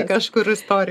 kažkur istori